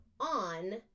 on